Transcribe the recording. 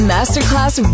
Masterclass